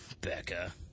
Becca